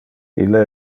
ille